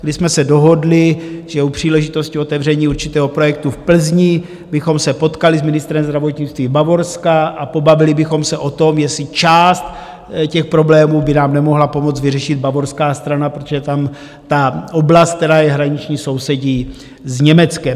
My jsme se dohodli, že u příležitosti otevření určitého projektu v Plzni bychom se potkali s ministrem zdravotnictví Bavorska a pobavili bychom se o tom, jestli část těch problémů by nám nemohla pomoci vyřešit bavorská strana, protože tam ta oblast, která je hraniční, sousedí s Německem.